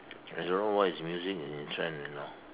I don't know what is music and in trend you know